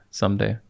someday